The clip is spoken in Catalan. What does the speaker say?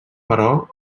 però